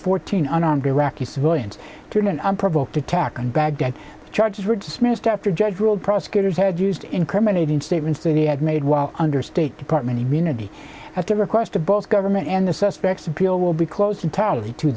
fourteen unarmed iraqi civilians during an unprovoked attack on baghdad the charges were dismissed after a judge ruled prosecutors had used incriminating statements that he had made while under state department immunity at the request of both government and the suspects appeal will be closed entirely to